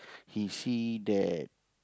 he see that